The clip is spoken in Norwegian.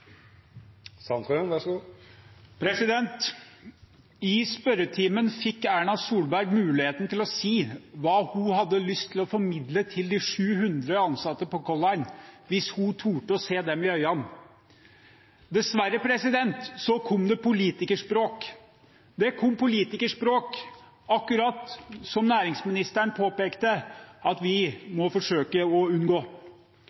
I spørretimen fikk statsminister Erna Solberg mulighet til å si hva hun hadde lyst til å formidle til de 700 ansatte på Color Line – hvis hun torde å se dem i øynene. Dessverre kom det politikerspråk. Det kom politikerspråk, som næringsministeren påpekte at vi